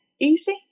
easy